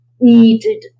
needed